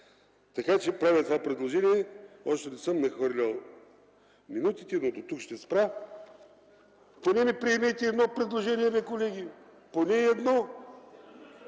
на ГПК. Правя това предложение, още не съм надхвърлил минутите, но дотук ще спра. Поне ми приемете едно предложение, колеги, поне едно.